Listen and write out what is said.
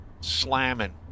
slamming